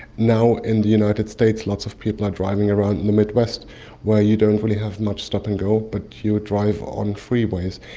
now in the united states lots of people are driving around in the mid-west where you don't really have much stop and go, but you drive on freeways.